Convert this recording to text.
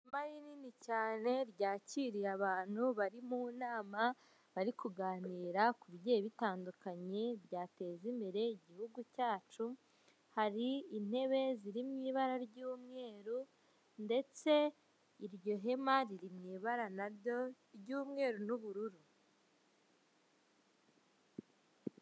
Ihema rinini cyane ryakiriye abantu bari mu nama, bari kuganira ku bigiye bitandukanye byateza imbere igihugu cyacu. Hari intebe ziri mu ibara ry'umweru, ndetse iryo hema riri mu ibara na ryo ry'umweru n'ubururu.